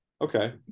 Okay